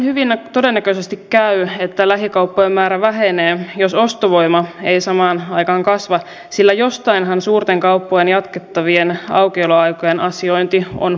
hyvin todennäköisesti käy näin että lähikauppojen määrä vähenee jos ostovoima ei samaan aikaan kasva sillä jostainhan suurten kauppojen jatkettavien aukioloaikojen asiointi on pois